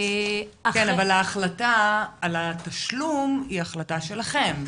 אבל ההחלטה על התשלום היא החלטה שלכם.